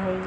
भई